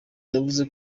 yavuze